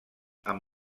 amb